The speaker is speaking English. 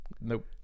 Nope